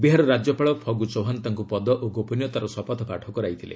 ବିହାର ରାଜ୍ୟପାଳ ଫଗୁ ଚୌହାନ୍ ତାଙ୍କୁ ପଦ ଓ ଗୋପନୀୟତାର ଶପଥ ପାଠ କରାଇଥିଲେ